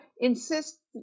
insist